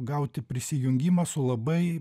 gauti prisijungimą su labai